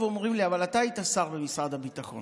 עכשיו אומרים לי: אבל אתה היית שר במשרד הביטחון